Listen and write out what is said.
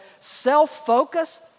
self-focus